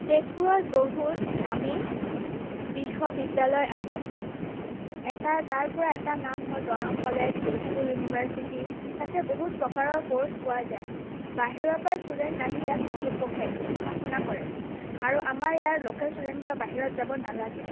তেজপুৰত বহুত দামী বিশ্ববিদ্যালয় আছে এটা তাৰপৰা এটা নাম হ'ল দৰং কলেজ তেজপুৰ ইউনিভাৰ্চিটি তাতে বহুত প্ৰকাৰৰ ক'ৰ্ছ আছে বাহিৰৰপৰা ষ্টুডেণ্ট আহি ইয়াতে পঢ়ি পঢ়ে পঢ়া শুনা কৰে আৰু আমাৰ ইয়াৰ লকেল ষ্টুডেণ্টবোৰো বাহিৰত যাব নালাগে